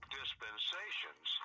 dispensations